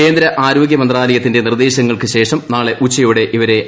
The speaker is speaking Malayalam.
കേന്ദ്ര ആരോഗ്യമന്ത്രാലയത്തിങ്ൻ നിർദ്ദേശങ്ങൾക്ക് ശേഷം നാളെ ഉച്ചയോടെ ഇവരെറ്റൂ